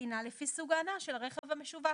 טעינה לפי סוג ההנעה של הרכב המשווק.